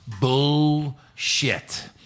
Bullshit